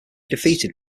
defeated